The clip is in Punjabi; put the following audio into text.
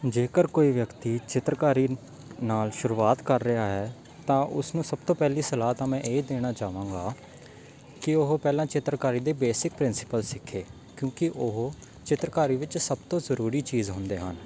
ਜੇਕਰ ਕੋਈ ਵਿਅਕਤੀ ਚਿੱਤਰਕਾਰੀ ਨਾਲ ਸ਼ੁਰੂਆਤ ਕਰ ਰਿਹਾ ਹੈ ਤਾਂ ਉਸ ਨੂੰ ਸਭ ਤੋਂ ਪਹਿਲੀ ਸਲਾਹ ਤਾਂ ਮੈਂ ਇਹ ਦੇਣਾ ਚਾਹਾਂਗਾ ਕਿ ਉਹ ਪਹਿਲਾਂ ਚਿੱਤਰਕਾਰੀ ਦੇ ਬੇਸਿਕ ਪ੍ਰਿੰਸੀਪਲ ਸਿੱਖੇ ਕਿਉਂਕਿ ਉਹ ਚਿੱਤਰਕਾਰੀ ਵਿੱਚ ਸਭ ਤੋਂ ਜ਼ਰੂਰੀ ਚੀਜ਼ ਹੁੰਦੇ ਹਨ